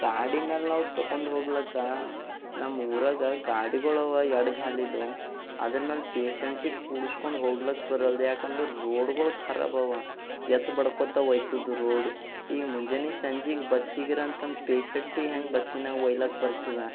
ಗಾಡಿ ಮೇಲೆ ನಾವು ತಕುಂದ್ ಹೋಗ್ಲಿಕ್ಕ ನಮ್ಮೂರಾಗೆ ಗಾಡಿಗಳವ ಎರಡು ಗಾಲಿದು ಅದರ ಮೇಲೆ ಪೇಷಂಟಿಗೆ ಕೂಡಸ್ಕೊಂಡು ಹೋಗ್ಲಕ್ ಬರಲ್ದು ಯಾಕಂದರೆ ರೋಡ್ಗಳು ಖರಾಬವ ಎತ್ತು ಬಡ್ಕೋತಾ ಒಯ್ತದ್ ರೋಡು ಈ ಮುಂಜಾನೆ ಸಂಜೆಗೆ ಬಸ್ಸಿಗಿರಾಂತ ಪೇಷಂಟೆಗೆ ಹೆಂಗೆ ಬಸ್ಸಿನಾಗೆ ಒಯ್ಲಿಕ್ ಬರ್ತದೆ